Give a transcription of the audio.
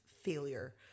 failure